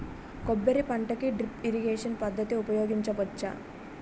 కొబ్బరి పంట కి డ్రిప్ ఇరిగేషన్ పద్ధతి ఉపయగించవచ్చా?